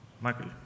Michael